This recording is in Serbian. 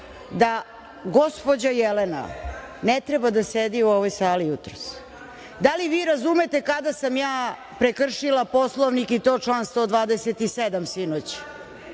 da gospođa Jelena ne treba da sedi u ovoj sali jutros, da li vi razumete kada sam ja prekršila Poslovnik i to član 127. sinoć,